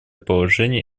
положений